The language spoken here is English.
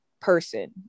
person